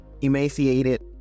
emaciated